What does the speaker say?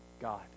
God